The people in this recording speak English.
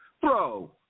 bro